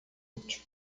útil